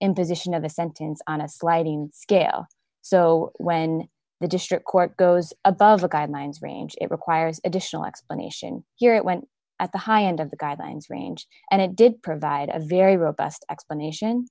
imposition of the sentence on a sliding scale so when the district court goes above the guidelines range it requires additional explanation here it went at the high end of the guidelines range and it did provide a very robust explanation